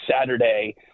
Saturday